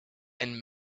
and